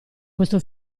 questo